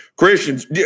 Christians